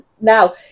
now